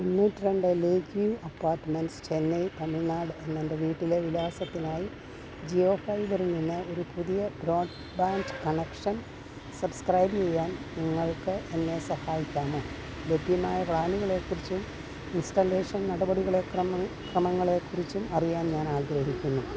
മുന്നൂറ്റി രണ്ടിലേക്ക് അപ്പാർട്ട്മെൻ്റ്സ് ചെന്നൈ തമിഴ്നാട് എന്ന എൻ്റെ വീട്ടിലെ വിലാസത്തിനായി ജിയോ ഫൈബറിൽ നിന്ന് ഒരു പുതിയ ബ്രോഡ്ബാൻഡ് കണക്ഷൻ സബ്സ്ക്രൈബ് ചെയ്യാൻ നിങ്ങൾക്ക് എന്നെ സഹായിക്കാമോ ലഭ്യമായ പ്ലാനുകളെ കുറിച്ചും ഇൻസ്റ്റലേഷൻ നടപടികളെ ക്രമങ്ങളെ കുറിച്ചും അറിയാൻ ഞാൻ ആഗ്രഹിക്കുന്നു